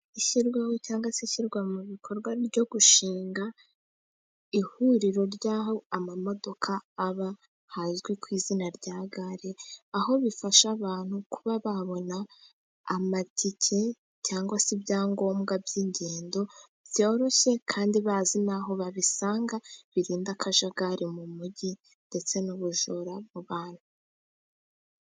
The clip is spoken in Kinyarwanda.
Ishyirwaho cyangwa se ishyirwa mu bikorwa ryo gushinga ihuriro ry'aho amamodoka haba hazwi ku izina rya gare, aho bifasha abantu kuba babona amatike cyangwa se ibyangombwa by'ingendo byoroshye. Kandi bazi n'aho babisanga birinda akajagari mu mujyi ndetse n'ubujura mu bantu.